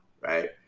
Right